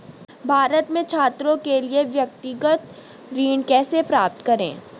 भारत में छात्रों के लिए व्यक्तिगत ऋण कैसे प्राप्त करें?